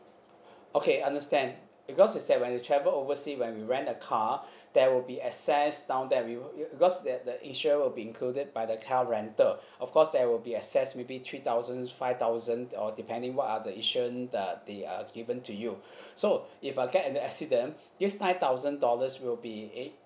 okay understand because is that when we travel oversea when we rent a car there will be excess down there you because that the insurance will be included by the car rental of course there will be excess maybe three thousand five thousand or depending what are the insurance the they are given to you so if I get into accident this nine thousand dollars will be in